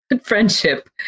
friendship